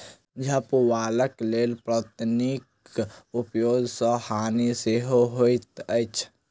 झपबाक लेल पन्नीक उपयोग सॅ हानि सेहो होइत अछि